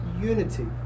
unity